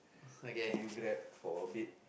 continue Grab for a bit